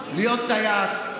באחדות העם, להיות טייס,